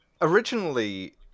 Originally